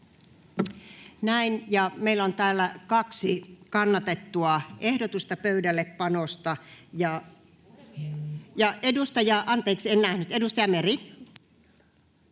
Näin. Meillä on täällä kaksi kannatettua ehdotusta pöydällepanosta, ja...